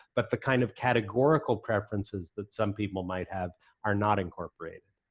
but the kind of categorical preferences that some people might have are not incorporated.